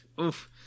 Oof